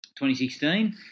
2016